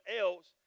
else